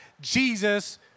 Jesus